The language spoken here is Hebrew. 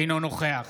אינו נוכח